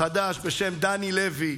חדש בשם דני לוי,